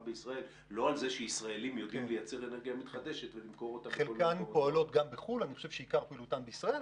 אני חושב שעיקר פעולתן בישראל,